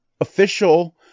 official